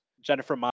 Jennifer